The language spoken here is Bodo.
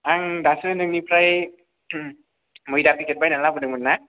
आं दासो नोंनिफ्राय मैदा पेकेट बायना लाबोदोंमोन ना